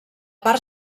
part